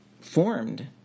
formed